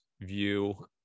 view